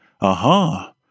Aha